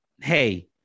hey